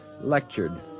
lectured